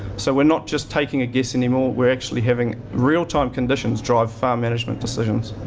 so we're not just taking a guess anymore. we're actually having real-time conditions drive farm management decisions.